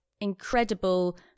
incredible